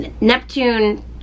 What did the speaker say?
Neptune